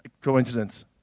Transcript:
coincidence